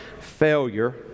failure